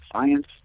science